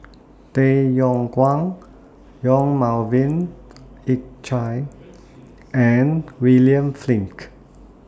Tay Yong Kwang Yong Melvin Yik Chye and William Flint